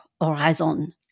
Horizon